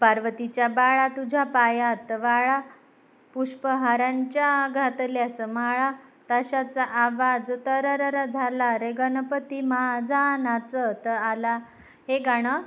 पार्वतिच्या बाळा तुझ्या पायात वाळा पुष्पहारांच्या घातल्यास माळा ताशांचा आवाज तररर झाला रं गणपती मा झा नाच त आला हे गाणं